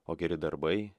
o geri darbai